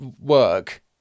work